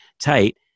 tight